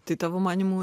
tai tavo manymu